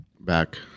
Back